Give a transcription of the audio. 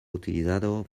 utilizado